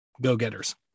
go-getters